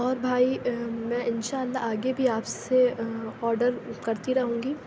اور بھائی میں اِنشاء اللہ آگے بھی آپ سے آڈر کرتی رہوں گی